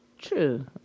True